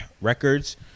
records